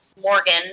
Morgan